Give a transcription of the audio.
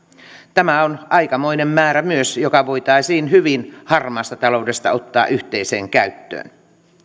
tämä on aikamoinen määrä myös joka voitaisiin hyvin harmaasta taloudesta ottaa yhteiseen käyttöön